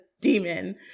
demon